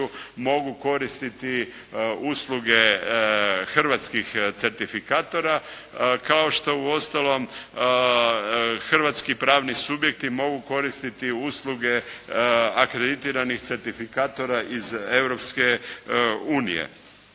mogu koristiti usluge hrvatskih ceritifikatora kao što uostalom hrvatski pravni subjekti mogu koristiti usluge akreditiranih certifikatora iz Europske unije.